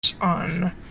On